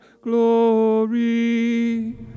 glory